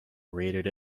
rated